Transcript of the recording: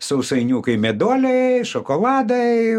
sausainiukai meduoliai šokoladai